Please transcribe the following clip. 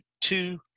two